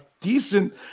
decent